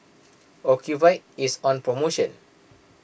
Ocuvite is on promotion